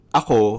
ako